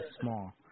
small